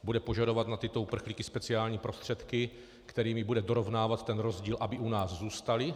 Bude požadovat na tyto uprchlíky speciální prostředky, kterými bude dorovnávat ten rozdíl, aby u nás zůstali?